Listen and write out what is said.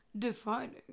Defining